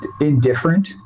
indifferent